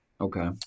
Okay